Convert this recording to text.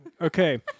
okay